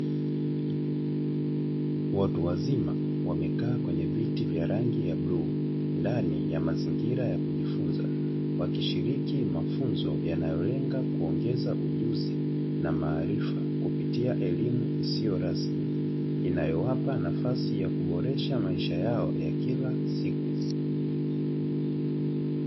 Watu wazima wamekaa kwenye viti vya rangi ya bluu ndani ya mazingira ya kujifunza wakishiriki mafunzo yanayolenga kuongeza ujuzi na maarifa kupitia elimu isiyo rasmi inayowapa nafasi ya kuboresha maisha yao ya kila siku.